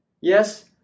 Yes